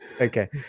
okay